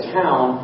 town